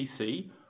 PC